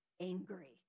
angry